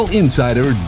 insider